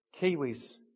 Kiwis